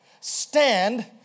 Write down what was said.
stand